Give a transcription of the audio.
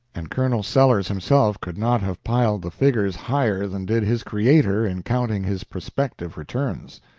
and colonel sellers himself could not have piled the figures higher than did his creator in counting his prospective returns.